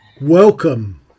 Welcome